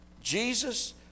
Jesus